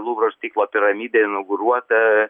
luvro stiklo piramidė inauguruota